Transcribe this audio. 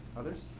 others?